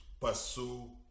pursue